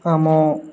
ଆମ